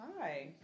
Hi